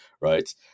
right